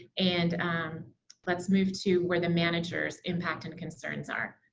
and let's move to where the managers' impact and concerns are.